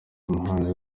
umuhanzi